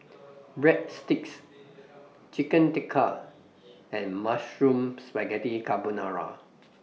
Breadsticks Chicken Tikka and Mushroom Spaghetti Carbonara